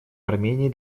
армении